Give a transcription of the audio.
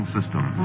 System